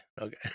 okay